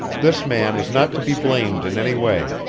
this man is not to be blamed in any way.